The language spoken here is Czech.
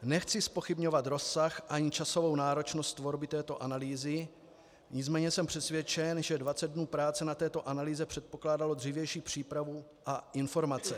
Nechci zpochybňovat rozsah ani časovou náročnost tvorby této analýzy, nicméně jsem přesvědčen, že dvacet dnů práce na této analýze předpokládalo dřívější přípravu a informace.